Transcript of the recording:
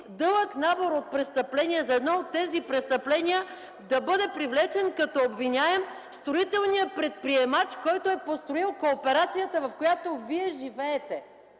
дълъг набор от престъпления, за едно от тези престъпления да бъде привлечен като обвиняем строителният предприемач, който е построил кооперацията, в която Вие живеете.